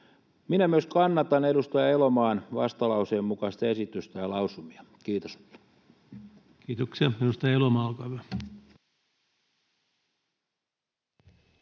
Minä myös kannatan edustaja Elomaan vastalauseen mukaista esitystä ja lausumia. — Kiitos. Kiitoksia. — Edustaja Elomaa, olkaa hyvä.